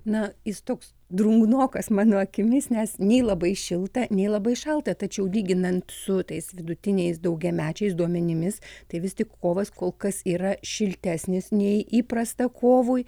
na jis toks drungnokas mano akimis nes nei labai šilta nei labai šalta tačiau lyginant su tais vidutiniais daugiamečiais duomenimis tai vis tik kovas kol kas yra šiltesnis nei įprasta kovui